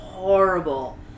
Horrible